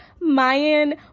Mayan